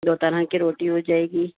دو طرح کی روٹی ہو جائے گی